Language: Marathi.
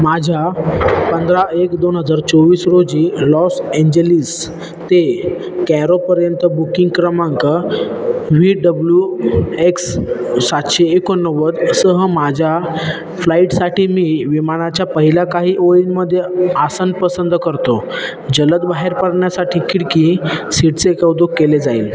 माझ्या पंधरा एक दोन हजार चोवीस रोजी लॉस एंजलिस ते कॅरोपर्यंत बुकिंग क्रमांक व्ही डब्ल्यू एक्स सातशे एकोणनव्वदसह माझ्या फ्लाईटसाठी मी विमानाच्या पहिला काही ओळींमध्ये आसन पसंत करतो जलद बाहेर पडण्यासाठी खिडकी सीट्सचे कौतुक केले जाईल